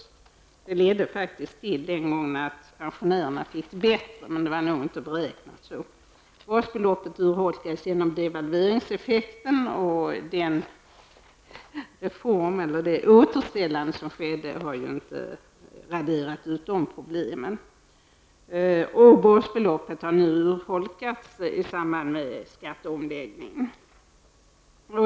Den gången ledde det faktiskt till att pensionärerna fick det bättre, men det var nog inte uträkningen. Basbeloppet urholkades genom devalveringseffekten, men återställandet raderade ju inte bort problemen. Basbeloppet har nu urholkats i samband med skatteomläggningen.